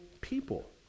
people